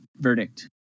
verdict